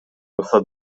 баса